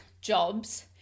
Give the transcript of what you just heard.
jobs